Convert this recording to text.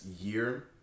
year